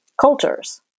cultures